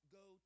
go